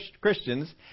Christians